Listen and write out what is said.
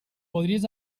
podries